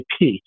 IP